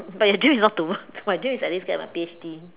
but your dream is not to work my dream is at least get my P_H_D